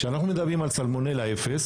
כשאנחנו מדברים על סלמונלה 0,